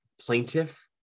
plaintiff